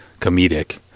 comedic